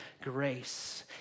grace